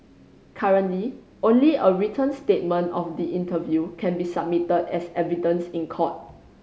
currently only a written statement of the interview can be submitted as evidence in court